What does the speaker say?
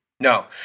No